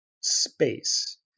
space